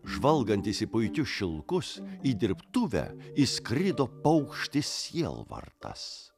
žvalgantis į puikius šilkus į dirbtuvę įskrido paukštis sielvartas